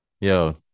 yo